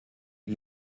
die